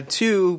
two